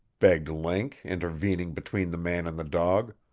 begged link, intervening between the man and the dog.